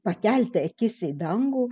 pakelti akis į dangų